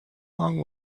long